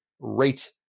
Rate